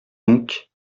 donc